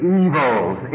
evils